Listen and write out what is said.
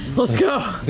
let's go!